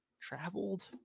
traveled